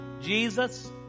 Jesus